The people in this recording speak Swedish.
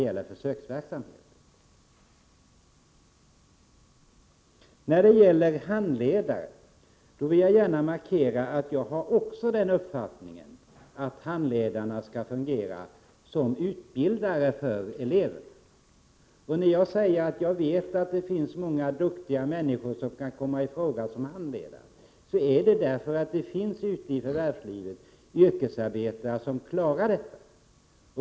Beträffande handledare vill jag markera att också jag har uppfattningen att de skall fungera som utbildare för eleverna. Jag sade att det finns många duktiga människor som kan komma i fråga som handledare därför att jag vet att det ute i förvärvslivet finns yrkesarbetare som klarar detta.